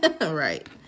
Right